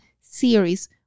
series